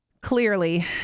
clearly